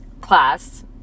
class